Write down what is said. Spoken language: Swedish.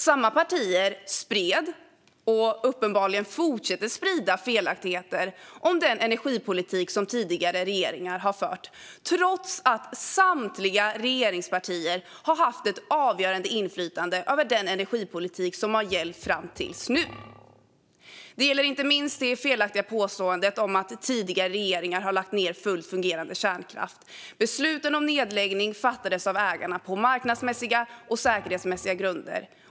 Samma partier spred, och fortsätter uppenbarligen att sprida, felaktigheter om den energipolitik som tidigare regeringar har fört trots att samtliga regeringspartier har haft ett avgörande inflytande över den energipolitik som har gällt fram till nu. Det gäller inte minst det felaktiga påståendet om att tidigare regeringar har lagt ned fullt fungerande kärnkraft. Besluten om nedläggning fattades av ägarna på marknadsmässiga och säkerhetsmässiga grunder.